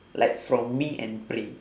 like from me and praem